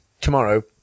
tomorrow